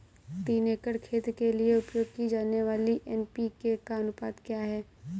तीन एकड़ खेत के लिए उपयोग की जाने वाली एन.पी.के का अनुपात क्या है?